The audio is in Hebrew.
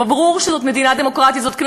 וברור שזאת מדינה דמוקרטית,